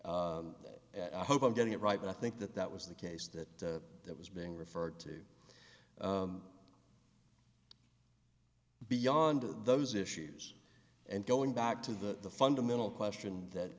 case i hope i'm getting it right but i think that that was the case that that was being referred to beyond those issues and going back to the fundamental question that